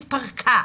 התפרקה.